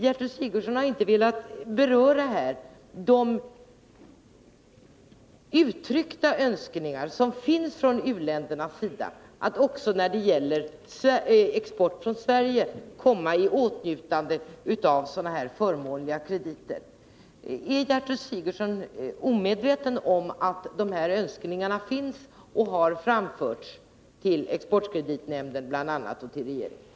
Gertrud Sigurdsen har inte velat beröra de önskningar som uttryckts från u-ländernas sida om att också när det gäller export från Sverige komma i åtnjutande av sådana här förmånliga krediter. Är Gertrud Sigurdsen omedveten om att de här önskningarna finns och har framförts till bl.a. exportkreditnämnden och regeringen?